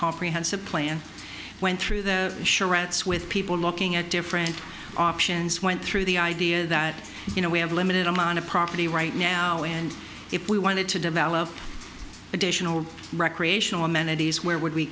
comprehensive plan went through the show rats with people looking at different options went through the idea that you know we have a limited amount of property right now and if we wanted to develop additional recreational amenities where would we